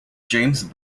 james